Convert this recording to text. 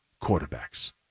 quarterbacks